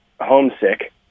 Homesick